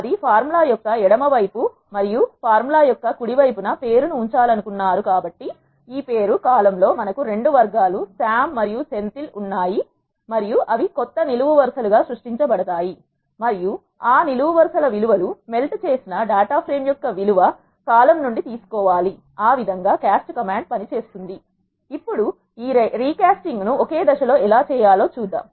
అది ఫార్ములా యొక్క ఎడమ వైపు మరియు ఫార్ములా యొక్క కుడి వైపు పేరు ను ఉంచాలనుకున్నారు కాబట్టి ఈ పేరు కాలమ్ లో మనకు 2 వర్గాలు సామ్ మరియు సెంథిల్ ఉన్నాయి మరియు అవి కొత్త నిలువు వరుసలు సృష్టించబడతాయి మరియు ఆ ఆ నిలువు వరుస ల విలువ లు మెల్ట్ చేసిన డాటా ఫ్రేమ్ యొక్క విలువ కాలమ్ నుండి తీసుకోవాలి ఆ విధంగా క్యాస్ట్ కమాండ్ పని చేస్తుంది ఇప్పుడు ఈ రీ కాస్టింగ్ ను ఒకే దశలో ఎలా చేయాలో చూద్దాం